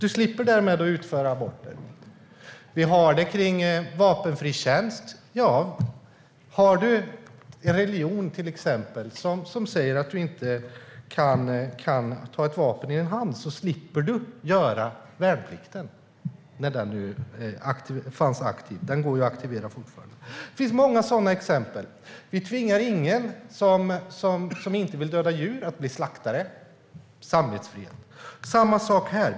Du slipper därmed att utföra aborter. Vi har vapenfri tjänst. Ja, hade du en religion, till exempel, som sa att du inte kunde ta ett vapen i din hand slapp du att göra värnplikten när den fanns aktiv - den går fortfarande att aktivera. Det finns många sådana exempel. Vi tvingar ingen som inte vill döda djur att bli slaktare - samvetsfrihet. Det är samma sak här.